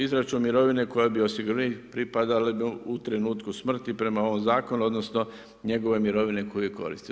Izračun mirovine koja bi osiguraniku pripadala u trenutku smrti prema ovom Zakonu, odnosno njegovoj mirovini koju je koristio.